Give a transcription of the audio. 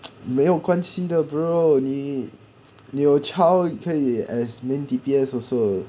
没有关系的 bro 你你有 child 可以 as main D_P_S also